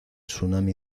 tsunami